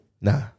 Nah